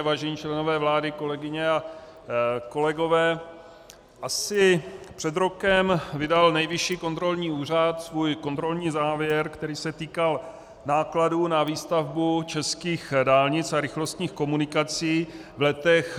Vážení členové vlády, kolegyně a kolegové, asi před rokem vydal Nejvyšší kontrolní úřad svůj kontrolní závěr, který se týkal nákladů na výstavbu českých dálnic a rychlostních komunikací v letech 2008 až 2012.